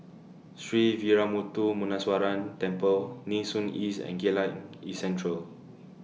Sree Veeramuthu Muneeswaran Temple Nee Soon East and Geylang East Central